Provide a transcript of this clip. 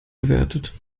gewertet